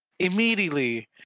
Immediately